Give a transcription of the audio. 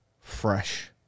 fresh